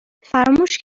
فراموش